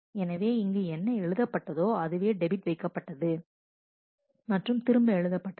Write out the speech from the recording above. எனவே இங்கு என்ன எழுதப்பட்டதோ அதுவே டெபிட் வைக்கப்பட்டது மற்றும் திரும்ப எழுதப்பட்டது